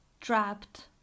trapped